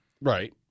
Right